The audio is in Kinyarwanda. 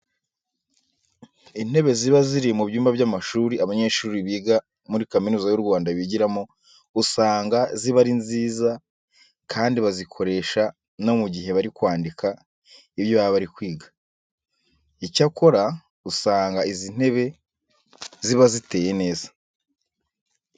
Intebe ziba ziri mu byumba by'amashuri abanyeshuri biga muri Kaminuza y'u Rwanda bigiramo usanga ziba ari nziza kandi bazikoresha no mu gihe bari kwandika ibyo baba bari kwiga. Icyakora usanga izi ntebe ziba ziteye neza.